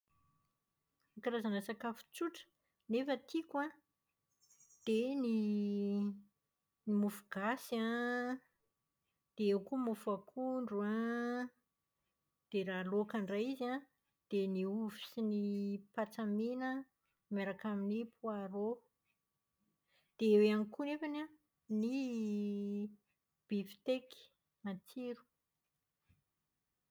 Ny karazana sakafo tsotra nefa tiako an, dia ny ny mofo gasy an, dia eo koa ny mofo akondro an. Dia raha laoka indray izy an, dia ny ovy sy ny patsa mena miaraka amin'ny poireau. Dia eo ihany koa nefany an, ny bifiteky, matsiro.